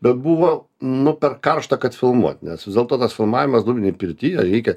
bet buvo nu per karšta kad filmuot nes vis dėlto tas filmavimas dūminėj pirty ją reikia